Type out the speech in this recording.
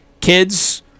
kids